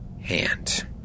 hand